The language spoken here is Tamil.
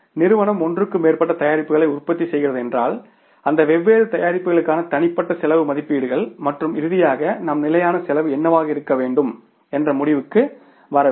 நிறுவனம் ஒன்றுக்கு மேற்பட்ட தயாரிப்புகளை உற்பத்தி செய்கிறதென்றால் அந்த வெவ்வேறு தயாரிப்புகளுக்கான தனிப்பட்ட செலவு மதிப்பீடுகள் மற்றும் இறுதியாக நாம் நிலையான செலவு என்னவாக இருக்க வேண்டும் என்ற முடிவுக்கு வர வேண்டும்